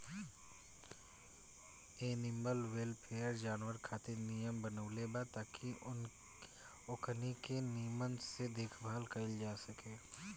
animal welfare, जानवर खातिर नियम बनवले बा ताकि ओकनी के निमन से देखभाल कईल जा सके